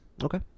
okay